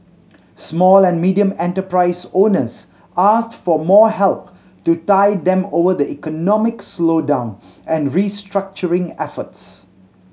small and medium enterprise owners asked for more help to tide them over the economic slowdown and restructuring efforts